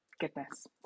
goodness